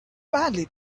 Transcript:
badly